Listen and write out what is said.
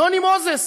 נוני מוזס.